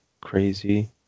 crazy